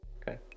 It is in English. Okay